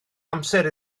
amser